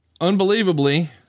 Unbelievably